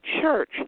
Church